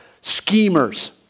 schemers